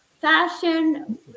fashion